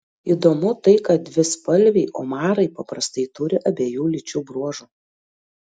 įdomu tai kad dvispalviai omarai paprastai turi abiejų lyčių bruožų